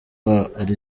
ari